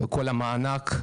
כל המענק,